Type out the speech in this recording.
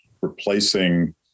replacing